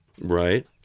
Right